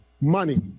money